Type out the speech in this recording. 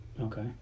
Okay